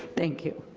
thank you.